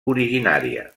originària